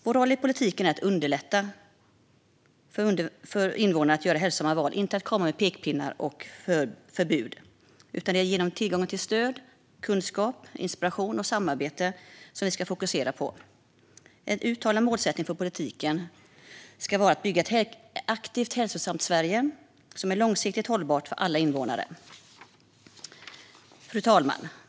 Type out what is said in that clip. Vår roll i politiken är att underlätta för invånarna att göra hälsosamma val, inte att komma med pekpinnar och förbud. Det är tillgången till stöd, kunskap, inspiration och samarbete som vi ska fokusera på. En uttalad målsättning för politiken ska vara att bygga ett aktivt, hälsosamt Sverige som är långsiktigt hållbart för alla invånare. Fru talman!